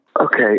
Okay